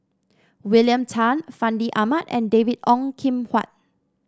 William Tan Fandi Ahmad and David Ong Kim Huat